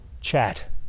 chat